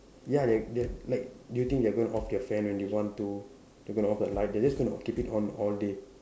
ya they're they're like do you think they're going to off their fan when they want to they're going to off their light they're just going to keep it on all day